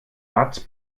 watt